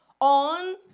on